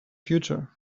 future